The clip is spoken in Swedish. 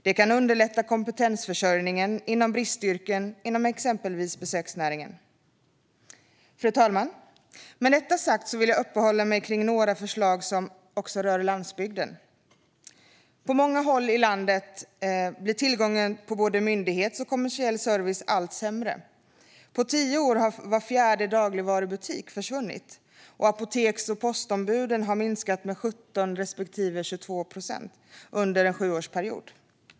Detta kan underlätta kompetensförsörjningen inom bristyrken inom exempelvis besöksnäringen. Fru talman! Med detta sagt vill jag uppehålla mig kring några förslag som rör landsbygden. På många håll i landet blir tillgången på både myndighetsservice och kommersiell service allt sämre. På tio år har var fjärde dagligvarubutik försvunnit, och apoteks och postombuden har minskat med 17 respektive 22 procent under en sjuårsperiod.